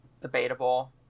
Debatable